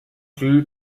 sie